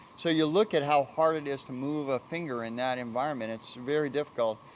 so, you look at how hard it is to move a finger in that environment, it's very difficult,